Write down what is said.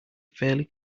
fairly